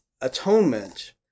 atonement